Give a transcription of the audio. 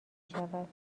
شود